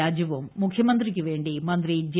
രാജുവും മുഖ്യമന്ത്രിക്കുവേണ്ടി മന്ത്രി ജെ